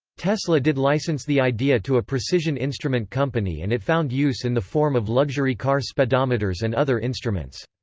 tesla did license the idea to a precision instrument company and it found use in the form of luxury car speedometers and other instruments.